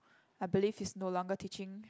I believe he's no longer teaching